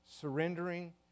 Surrendering